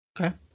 Okay